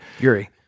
Yuri